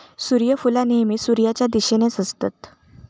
सुर्यफुला नेहमी सुर्याच्या दिशेनेच असतत